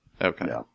okay